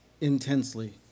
intensely